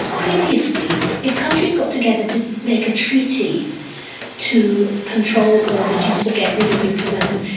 previously if countries got together to make a treaty to control or reduce, or get rid of nuclear weapons,